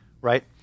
right